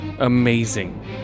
Amazing